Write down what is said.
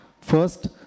First